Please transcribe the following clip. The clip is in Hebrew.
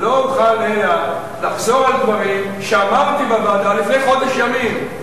לא אוכל לחזור על דברים שאמרתי בוועדה לפני חודש ימים.